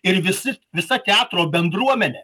ir visi visa teatro bendruomenė